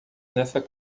nessa